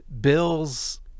Bills